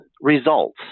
results